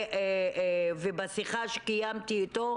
ובשיחה שקיימתי אתו,